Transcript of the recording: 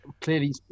clearly